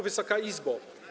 Wysoka Izbo!